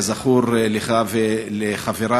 כזכור לך ולחברי,